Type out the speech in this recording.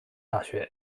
大学